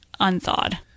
unthawed